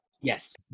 Yes